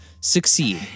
succeed